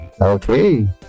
okay